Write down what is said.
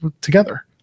together